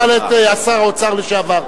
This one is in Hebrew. תשאל את שר האוצר לשעבר.